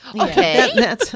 Okay